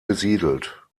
besiedelt